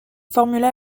formula